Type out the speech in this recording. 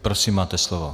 Prosím, máte slovo.